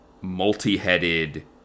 multi-headed